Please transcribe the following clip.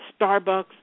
Starbucks